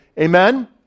Amen